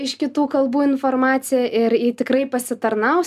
iš kitų kalbų informaciją ir ji tikrai pasitarnaus